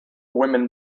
women